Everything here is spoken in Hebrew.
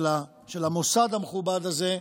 של המוסד המכובד הזה,